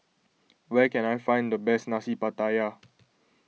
where can I find the best Nasi Pattaya